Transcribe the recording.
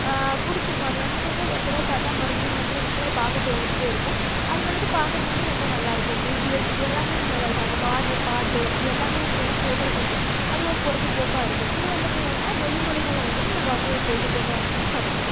பிடிச்சிருக்கும் அது வந்துவிட்டு என்னன்னா ஒரு தடவை பார்த்தா மறுபடியும் மறுபடியும் வந்துவிட்டு பார்க்க தோணிக்கிட்டேருக்கும் அது வந்துவிட்டு பார்க்குறதுக்கு வந்துட்டு ரொம்ப நல்லாருக்கும் பிடீஎஸ் இது எல்லாமே நல்லாருக்கும் அவங்க பாடுற பாட்டு இது எல்லாமே வந்துட்டுன்னா கேட்குறதுக்கு வந்துவிட்டு அது ஒரு பொழுதுபோக்காகருக்கும் இது வந்துவிட்டு என்னன்னா வெளி மொழிகளில் வந்துவிட்டு நான் பார்க்குற ஒரு பொழுதுபோக்காக வந்துவிட்டு நான் கருதுகிறேன்